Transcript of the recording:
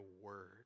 word